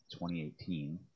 2018